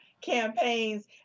campaigns